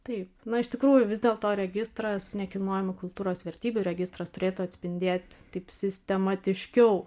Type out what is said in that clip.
taip na iš tikrųjų vis dėlto registras nekilnojamo kultūros vertybių registras turėtų atspindėt taip sistematiškiau